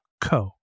co